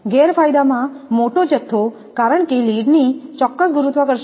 ગેરફાયદા માં મોટા જથ્થો કારણ કે લીડ ની ચોક્કસ ગુરુત્વાકર્ષણ 11